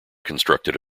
constructed